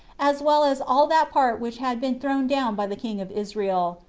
as well as all that part which had been thrown down by the king of israel,